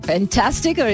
Fantastic